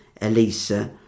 Elisa